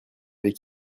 avait